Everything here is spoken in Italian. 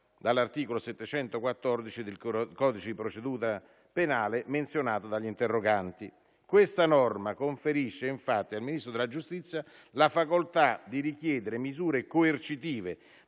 dall'articolo 714 del codice di procedura penale, menzionato dagli interroganti. Questa norma conferisce, infatti, al Ministro della giustizia la facoltà di richiedere misure coercitive,